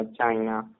China